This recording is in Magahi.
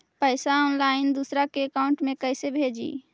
पैसा ऑनलाइन दूसरा के अकाउंट में कैसे भेजी?